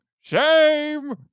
Shame